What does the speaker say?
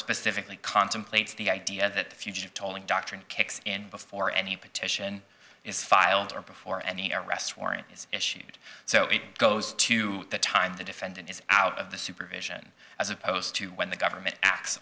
specifically contemplates the idea that the fugitive tolling doctrine kicks in before any petition is filed or before any arrest warrant is issued so it goes to the time the defendant is out of the supervision as opposed to when the government acts